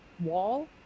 wall